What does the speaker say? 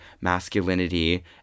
masculinity